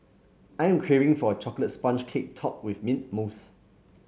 I am craving for a chocolate sponge cake topped with mint mousse